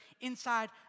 inside